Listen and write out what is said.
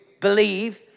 believe